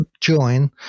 join